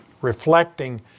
reflecting